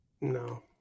No